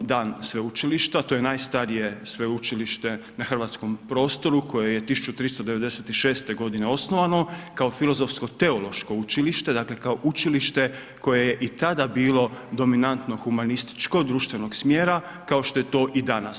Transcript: dan sveučilišta, to je najstarije sveučilište na hrvatskom prostoru koje je 1396. g. osnovano kao filozofsko-teološko učilište, dakle učilište koje je i tada bilo dominantno humanističko društvenog smjera kao što je to i danas.